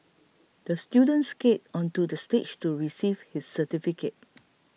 the student skated onto the stage to receive his certificate